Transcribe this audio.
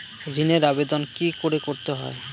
ঋণের আবেদন কি করে করতে হয়?